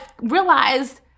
realized